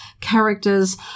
characters